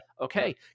okay